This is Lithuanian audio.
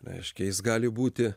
reiškia jis gali būti